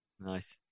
Nice